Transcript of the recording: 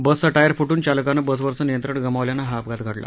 बसचा टायर फुटून चालकानं बसवरचं नियंत्रण गमावल्यानं हा अपघात घडला